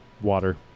water